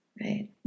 Right